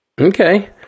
Okay